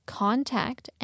contact